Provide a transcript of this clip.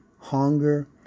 hunger